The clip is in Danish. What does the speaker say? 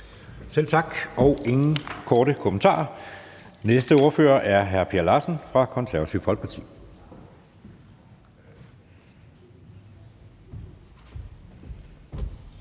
Selv tak. Der er ingen korte bemærkninger. Næste ordfører er hr. Per Larsen fra Det Konservative Folkeparti.